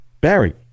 Barry